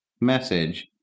message